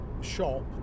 shop